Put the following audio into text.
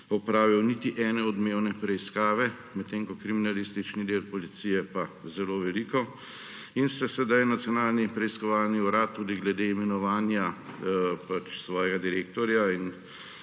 opravil niti ene odmevne preiskave, medtem ko kriminalistični del policije pa zelo veliko. Sedaj se Nacionalni preiskovalni urad tudi glede imenovanja svojega direktorja in